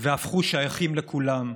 והפכו שייכים לכולם.